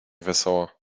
wesoło